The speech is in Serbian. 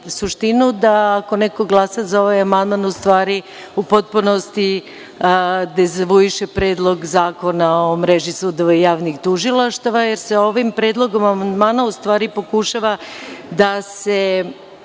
suštinu da ako neko glasa za ovaj amandman u stvari u potpunosti dezavuiše Predlog zakona o mreži sudova i javnih tužilaštava jer se ovim predlogom amandmana u stvari pokušava da se